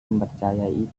mempercayai